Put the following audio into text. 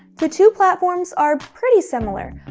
the two platforms are pretty similar.